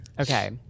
Okay